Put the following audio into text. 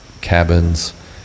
cabins